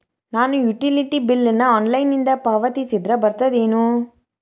ನಾನು utility bill ನ ಆನ್ಲೈನಿಂದ ಪಾವತಿಸಿದ್ರ ಬರ್ತದೇನು?